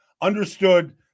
Understood